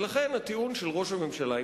ולכן הטיעון של ראש הממשלה,